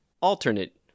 alternate